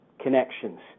connections